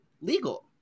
legal